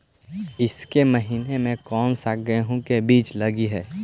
ईसके महीने मे कोन सा गेहूं के बीज लगे है?